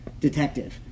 Detective